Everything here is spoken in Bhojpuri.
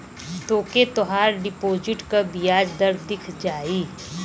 तोके तोहार डिपोसिट क बियाज दर दिख जाई